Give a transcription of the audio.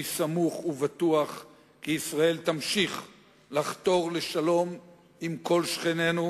אני סמוך ובטוח כי ישראל תמשיך לחתור לשלום עם כל שכנינו,